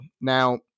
Now